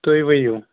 تُہۍ ؤنِو